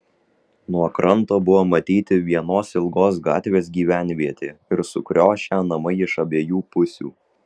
nuo kranto buvo matyti vienos ilgos gatvės gyvenvietė ir sukriošę namai iš abiejų pusių